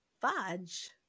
fudge